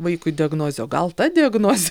vaikui diagnozė o gal ta diagnozė